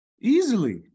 easily